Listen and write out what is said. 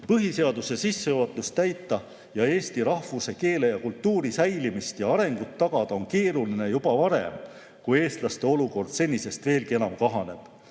Põhiseaduse sissejuhatust täita ning eesti rahvuse, keele ja kultuuri säilimist ja arengut tagada on keeruline juba varem, kui eestlaste hulk senisest veelgi enam kahaneb.